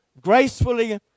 gracefully